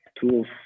tools